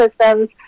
systems